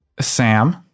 Sam